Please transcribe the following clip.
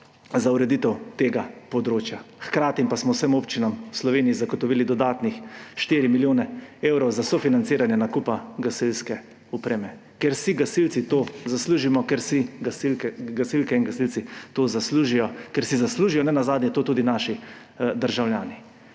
za ureditev tega področja. Hkrati pa smo vsem občinam v Sloveniji zagotovili dodatne 4 milijone evrov za sofinanciranje nakupa gasilske opreme, ker si gasilci to zaslužimo, ker si gasilke in gasilci to zaslužijo, ker si zaslužijo ne nazadnje to tudi naši državljani.